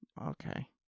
Okay